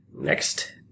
Next